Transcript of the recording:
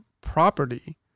property